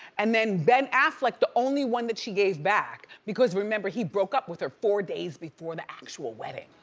and, then ben affleck the only one that she gave back. because, remember he broke up with her four days before the actual wedding.